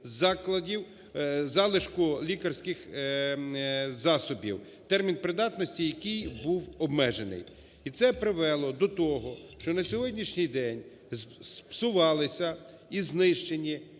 закладів залишку лікарських засобів, термін придатності яких був обмежений. І це привело до того, що на сьогоднішній день зіпсувались і знищені